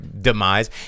demise